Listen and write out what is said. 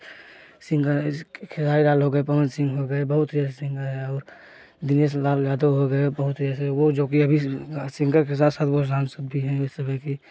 singer है खेसारी लाल हो गए पवन सिंह हो गए बहुत ही ऐसे सिंगर दिनेश लाल यादव हो गए बहुत ऐसे वह जो कि अभी सिंगर के साथ साथ वह सांसद भी है लोकसभा के